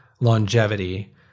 longevity